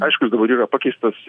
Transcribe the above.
aišku jis dabar yra pakeistas